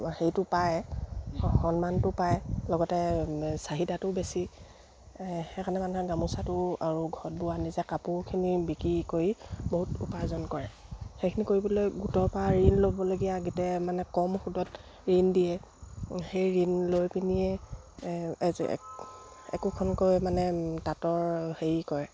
সেইটো পায় সন্মানটো পায় লগতে চাহিদাটো বেছি সেইকাৰণে মানুহে গামোচাটো আৰু ঘৰত বোৱা নিজে কাপোৰখিনি বিক্ৰী কৰি বহুত উপাৰ্জন কৰে সেইখিনি কৰিবলৈ গোটৰপা পৰা ঋণ ল'বলগীয়া আগতে মানে কম সুদত ঋণ দিয়ে সেই ঋণ লৈ পিনিয়ে একোখনকৈ মানে তাঁতৰ হেৰি কৰে